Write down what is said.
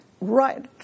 right